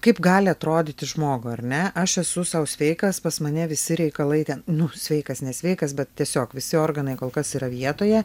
kaip gali atrodyti žmogui ar ne aš esu sau sveikas pas mane visi reikalai ten nu sveikas nesveikas bet tiesiog visi organai kol kas yra vietoje